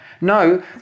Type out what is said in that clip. no